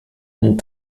den